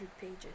pages